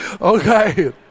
Okay